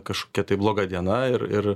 kažkokia tai bloga diena ir ir